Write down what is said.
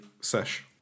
Sesh